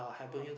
oh